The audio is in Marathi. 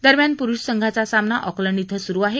दरम्यान पुरुष संघांचा सामना ऑकलंड ध्वे सुरु आहे